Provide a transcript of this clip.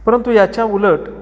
परंतु याच्या उलट